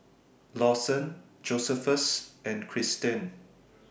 Lawson Josephus and Christen